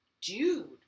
Dude